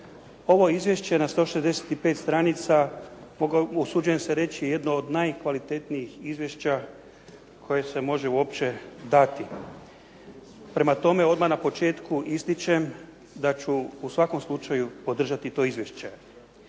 Ovo izvješće na 165 stranica, usuđujem se reći, jedno je od najkvalitetnijih izvješća koje se može uopće dati. Prema tome, odmah na početku ističem da ću u svakom slučaju podržati to izvješće.